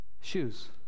shoes